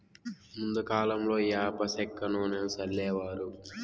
ముందు కాలంలో యాప సెక్క నూనెను సల్లేవారు